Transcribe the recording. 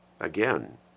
Again